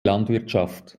landwirtschaft